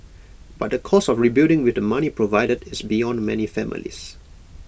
but the cost of rebuilding with the money provided is beyond many families